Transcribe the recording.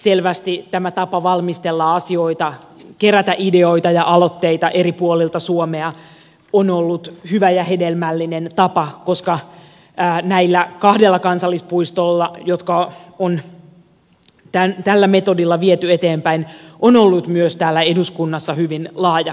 selvästi tämä tapa valmistella asioita kerätä ideoita ja aloitteita eri puolilta suomea on ollut hyvä ja hedelmällinen tapa koska näillä kahdella kansallispuistolla jotka on tällä metodilla viety eteenpäin on ollut myös täällä eduskunnassa hyvin laaja kannatus